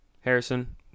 Harrison